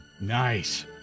Nice